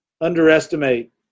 underestimate